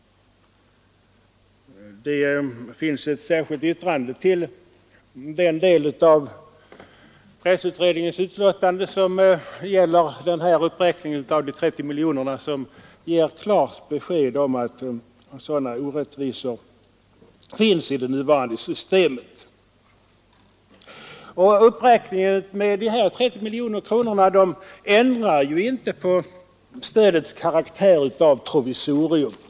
Det finns ett särskilt yttrande till den del av pressutredningens förslag som gäller uppräkningen av produktionsbidraget med 30 miljoner kronor. Det yttrandet ger klart besked om att sådana orättvisor finns i det nuvarande systemet. Uppräkningen med 30 miljoner kronor ändrar inte stödets karaktär av provisorium.